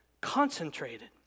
concentrated